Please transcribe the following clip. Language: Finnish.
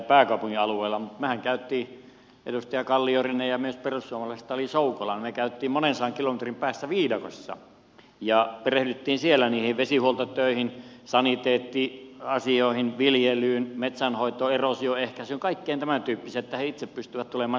mutta mehän kävimme edustaja kalliorinne ja myös perussuomalaisista soukola monen sadan kilometrin päässä viidakossa ja perehdyimme siellä vesihuoltotöihin saniteettiasioihin viljelyyn metsänhoitoon eroosion ehkäisyyn kaikkeen tämän tyyppiseen että he itse pystyvät tulemaan siellä toimeen